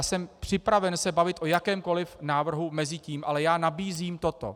Jsem připraven se bavit o jakémkoliv návrhu mezi tím, ale já nabízím toto.